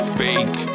fake